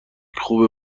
خوبه